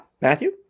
Matthew